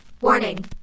Warning